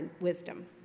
wisdom